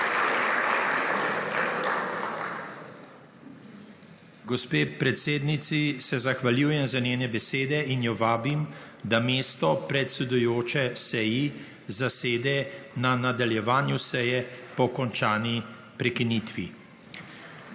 Gospe predsednici se zahvaljujem za njene besede in jo vabim, da mesto predsedujoče seji zasede na nadaljevanju seje po končani prekinitvi.